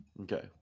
Okay